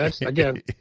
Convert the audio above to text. Again